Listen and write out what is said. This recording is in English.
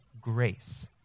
grace